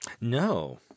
No